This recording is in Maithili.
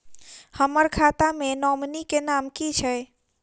हम्मर खाता मे नॉमनी केँ नाम की छैय